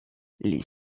les